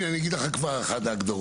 הנה אני אגיד לך כבר את אחת ההגדרות.